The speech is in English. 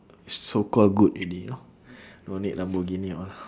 so call good already know no need lamborghini all